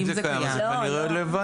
אם זה קיים אז זה כנראה רלוונטי.